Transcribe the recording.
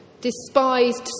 despised